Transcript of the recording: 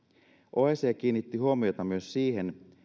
oecd kiinnitti huomiota myös siihen